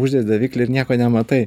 uždedi daviklį ir nieko nematai